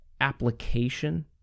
application